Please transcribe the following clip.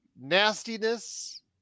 Nastiness